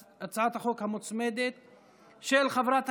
12, אין מתנגדים,